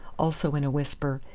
also in a whisper,